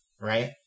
right